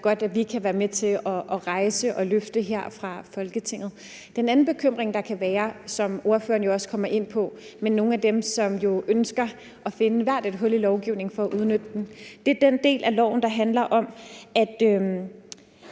jeg godt vi kan være med til at rejse og løfte her fra Folketingets side. Den anden bekymring, der kan være, og som ordføreren jo også kommer ind på, i forhold til nogle af dem, som jo ønsker at finde hvert et hul i lovgivningen for at udnytte dem, drejer sig om den del af lovforslaget, der handler om, at